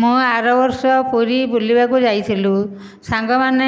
ମୁଁ ଆର ବର୍ଷ ପୁରୀ ବୁଲିବାକୁ ଯାଇଥିଲୁ ସାଙ୍ଗମାନେ